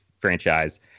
franchise